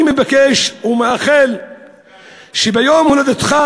אני מבקש ומאחל שביום הולדתך,